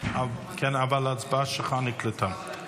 אבל ההצבעה שלך נקלטה.